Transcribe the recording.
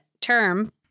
term